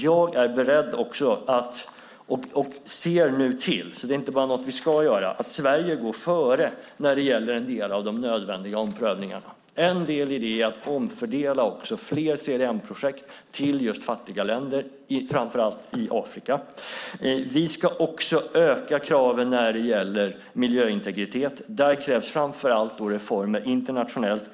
Jag ser nu till, och det är inte bara något vi ska göra, att Sverige går före när det gäller en del av de nödvändiga omprövningarna. En del i det är att omfördela fler CDM-projekt till fattiga länder i framför allt Afrika. Vi ska också öka kraven när det gäller miljöintegritet och framför allt när det gäller reformer internationellt.